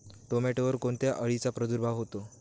टोमॅटोवर कोणत्या अळीचा प्रादुर्भाव होतो?